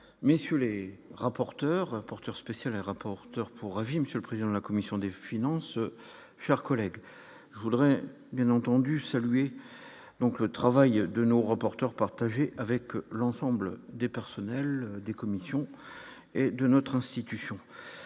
mais sur rapporteur rapporteur spécial, rapporteur pour avis Monsieur le président de la commission des finances, chers collègues, je voudrais bien entendu lui donc le travail de nos reporteurs partager avec l'ensemble des personnels des commissions et de notre institution,